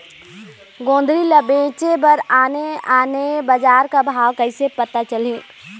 गोंदली ला बेचे बर आने आने बजार का भाव कइसे पता चलही?